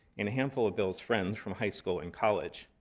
and a handful of bill's friends from high school and college.